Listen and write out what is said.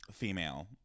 female